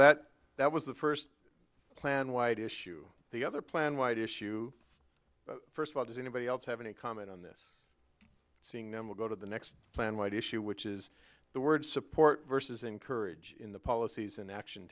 that that was the first plan white issue the other plan white issue but first of all does anybody else have any comment on this seeing number go to the next planned white issue which is the word support versus encourage in the policies and action